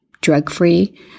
drug-free